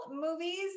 movies